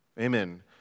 Amen